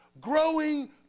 growing